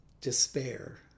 despair